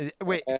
Wait